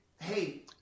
Hey